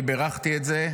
אני בירכתי את זה,